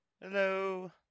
Hello